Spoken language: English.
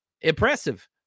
impressive